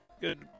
good